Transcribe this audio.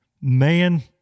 man